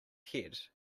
head